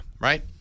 right